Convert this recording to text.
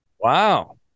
Wow